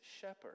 Shepherd